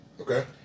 Okay